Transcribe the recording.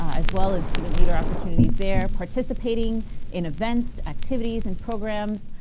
as well as student leader opportunities there. participating in events, activities, and programs.